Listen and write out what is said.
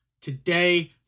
Today